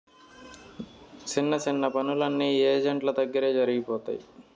సిన్న సిన్న పనులన్నీ ఏజెంట్ల దగ్గరే జరిగిపోతాయి